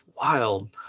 wild